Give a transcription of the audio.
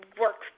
works